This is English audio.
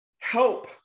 help